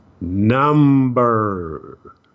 number